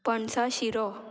पणसा शिरो